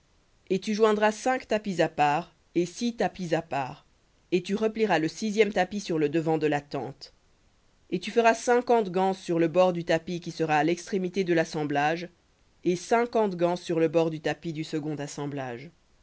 et tu joindras cinq tapis à part et six tapis à part et tu replieras le sixième tapis sur le devant de la tente et tu feras cinquante ganses sur le bord du tapis qui sera à l'extrémité de l'assemblage et cinquante ganses sur le bord du tapis du second assemblage